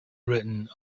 written